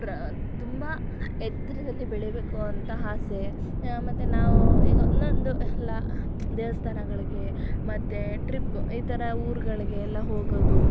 ಪ್ರ ತುಂಬ ಎತ್ತರದಲ್ಲಿ ಬೆಳಿಬೇಕು ಅಂತ ಆಸೆ ಮತ್ತು ನಾವೂ ಈಗ ನನ್ನದು ಎಲ್ಲ ದೇವಸ್ಥಾನಗಳಿಗೆ ಮತ್ತು ಟ್ರಿಪ್ ಈ ಥರ ಊರುಗಳಿಗೆ ಎಲ್ಲ ಹೋಗೋದು